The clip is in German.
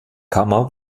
kammer